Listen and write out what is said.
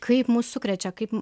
kaip mus sukrečia kaip